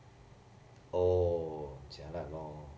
oh jialat lor